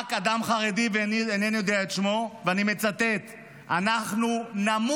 צעק אדם חרדי, אינני יודע את שמו: אנחנו נמות